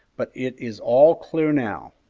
but it is all clear now.